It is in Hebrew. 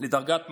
לדרגת מס,